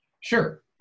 sure